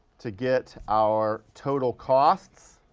to get our total costs.